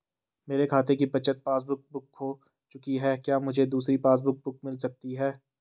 मेरे खाते की बचत पासबुक बुक खो चुकी है क्या मुझे दूसरी पासबुक बुक मिल सकती है?